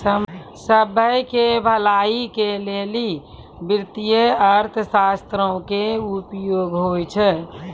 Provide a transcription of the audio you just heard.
सभ्भे के भलाई के लेली वित्तीय अर्थशास्त्रो के उपयोग होय छै